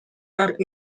are